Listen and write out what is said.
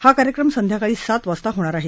हा कार्यक्रम संध्याकाळी सात वाजता होणार आहे